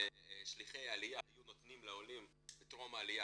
ששליחי העלייה היו נותנים לעולים טרום העלייה